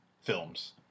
films